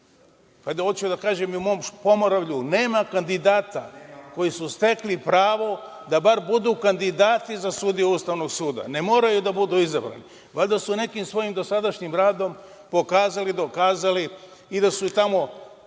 Užicu, hoću da kažem i u mom Pomoravlju nema kandidata koji su stekli pravo da bar budu kandidati za sudije ustavnog suda? Ne moraju da budu izabrani, valjda su nekim svojim dosadašnjim radom pokazali, dokazali i da su se tamo